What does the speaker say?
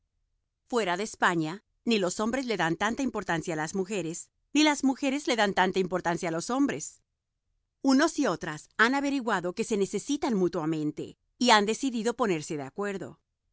fuera de españa ni los hombres le dan tanta importancia a las mujeres ni las mujeres le dan tanta importancia a los hombres unos y otras han averiguado que se necesitan mutuamente y han decidido ponerse de acuerdo